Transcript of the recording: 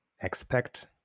expect